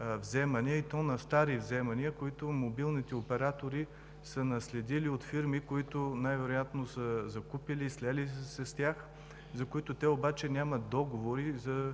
вземания, и то на стари вземания, които мобилните оператори са наследили от фирми, които най-вероятно са ги закупили, слели са се с тях. Те обаче нямат договори за